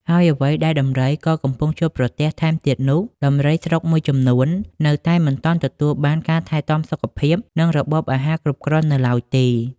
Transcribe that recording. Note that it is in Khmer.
ហើយអ្វីដែលដំរីក៏កំពុងជួបប្រទះថែមទៀតនោះ ដំរីស្រុកមួយចំនួននៅតែមិនទាន់ទទួលបានការថែទាំសុខភាព និងរបបអាហារគ្រប់គ្រាន់នៅឡើយទេ។